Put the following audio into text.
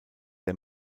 der